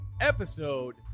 episode